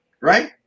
right